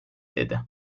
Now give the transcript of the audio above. dedi